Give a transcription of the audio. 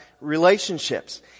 relationships